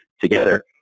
together